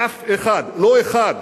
אף אחד, לא אחד,